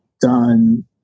done